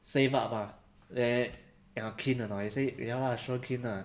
save up ah then keen or not then he say ya lah sure keen ah